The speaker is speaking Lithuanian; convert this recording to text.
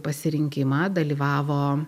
pasirinkimą dalyvavo